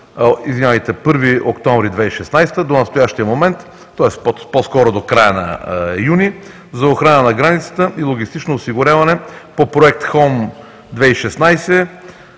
период – от 1 октомври 2016 г. до настоящия момент, тоест, по-скоро до края на юни за охрана на границата и логистично осигуряване по Проект „Хоум 2016“